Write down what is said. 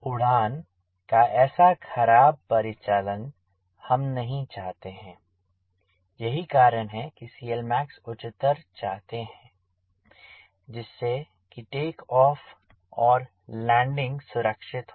उड़ान का ऐसा खराब परिचालन हम नहीं चाहते हैं यही कारण है कि CLmax उच्चतर चाहते हैं जिससे कि टेक ऑफ और लैंडिंग सुरक्षित हो